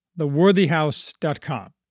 theworthyhouse.com